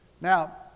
Now